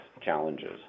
challenges